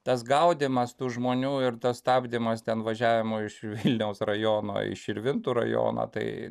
tas gaudymas tų žmonių ir tas stabdymas ten važiavimo iš vilniaus rajono į širvintų rajoną tai